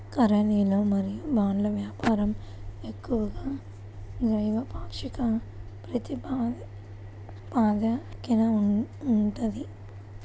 కరెన్సీలు మరియు బాండ్ల వ్యాపారం ఎక్కువగా ద్వైపాక్షిక ప్రాతిపదికన ఉంటది